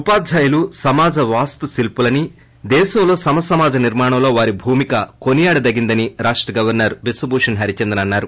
ఉపాధ్యాయులు సమాజ వాస్తు శిల్పులని దేశంలో సమసమాజ నిర్మాణంలో వారి భూమిక కొనియాడదగినదని రాష్ట గవర్సర్ బిశ్వభూషణ్ హరిచందన్ అన్నారు